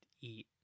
eat